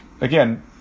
again